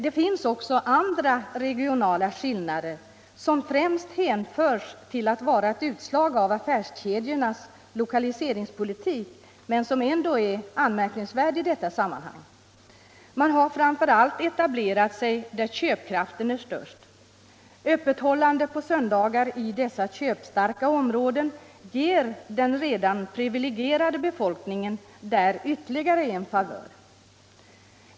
Det finns också andra regionala skillnader som främst hänförs till att vara ett utslag av affärskedjornas lokaliseringspolitik men som ändå är anmärkningsvärda i detta sammanhang. Man har framför allt etablerat sig där köpkraften är störst. Öppethållande på söndagar i dessa köpstarka områden ger den redan privilegierade befolkningen där ytterligare en favör.